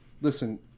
listen